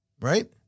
Right